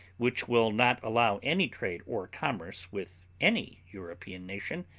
which will not allow any trade or commerce with any european nation,